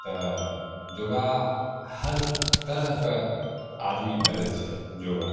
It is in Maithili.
तऽ योगा हर तरहके आदमी करै छै योगा